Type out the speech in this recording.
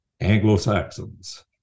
Anglo-Saxons